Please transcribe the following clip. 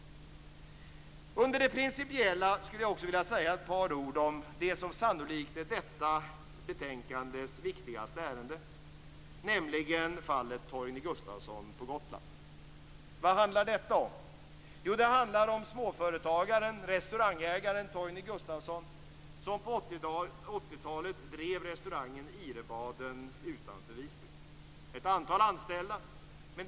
Under det principiella skulle jag också vilja säga ett par ord om det som sannolikt är detta betänkandes viktigaste ärende, nämligen fallet Torgny Gustafsson på Gotland. Vad handlar detta om? Jo, det handlar om småföretagaren och restaurangägaren Torgny Gustafsson som på 1980-talet drev restaurangen Ihrebaden utanför Visby med ett antal anställda.